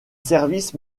services